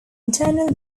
internal